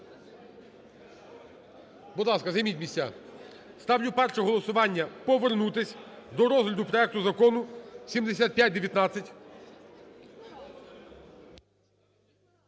Будь ласка, займіть місця. Ставлю перше голосування: повернутися до розгляду проекту Закону 7519.